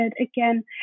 again